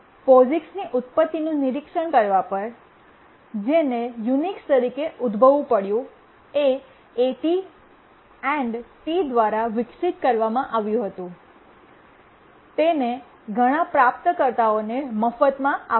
પોસિક્સની ઉત્પત્તિનું નિરીક્ષણ કરવા પર જેને યુનિક્સ તરીકે ઉદ્ભવવું પડ્યું એ એટી એન્ડ ટી દ્વારા વિકસિત કરવા માં આવ્યું હતું તેને ઘણા પ્રાપ્તકર્તાઓને મફત આપ્યું